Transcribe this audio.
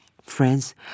Friends